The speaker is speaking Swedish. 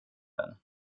den